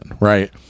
right